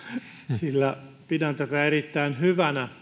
sillä pidän tätä erittäin hyvänä